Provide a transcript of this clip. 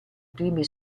primi